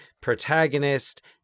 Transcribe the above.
protagonist